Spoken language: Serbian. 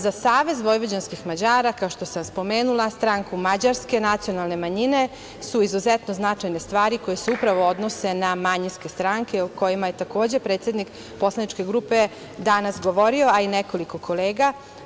Za Savez vojvođanskih Mađara, kao što sam spomenula, stranku mađarske nacionalne manjine, su izuzetno značajne stvari koje se upravo odnose na manjinske stranke, o kojima je takođe predsednik poslaničke grupe danas govorio, a i nekoliko kolega.